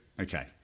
Okay